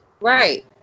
Right